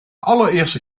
allereerste